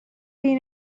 seen